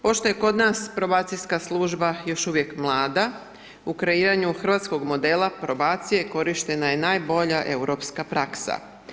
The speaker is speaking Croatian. Pošto je kod nas probacijska služba još uvijek mlada u kreiranju hrvatskog modela probacije korištena je najbolja europska praksa.